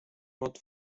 word